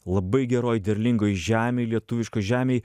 labai geroj derlingoj žemėj lietuviškoj žemėj